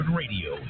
radio